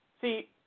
see